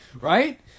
right